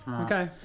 Okay